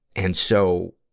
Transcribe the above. and so,